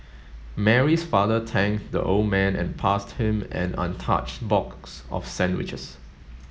Mary's father thanked the old man and passed him an untouched box of sandwiches